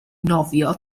nofio